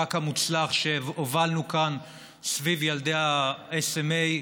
המאבק המוצלח שהובלנו כאן סביב ילדי ה-SMA,